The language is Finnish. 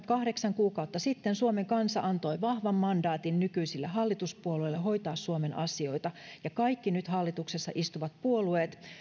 kahdeksan kuukautta sitten suomen kansa antoi vahvan mandaatin nykyisille hallituspuolueille hoitaa suomen asioita kaikki nyt hallituksessa istuvat puolueet